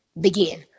begin